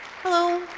hello.